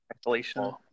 isolation